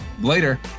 Later